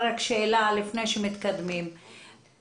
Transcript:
לפני שמתקדמים,